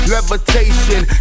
Levitation